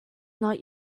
not